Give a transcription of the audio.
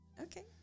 okay